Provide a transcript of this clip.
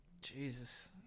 Jesus